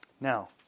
Now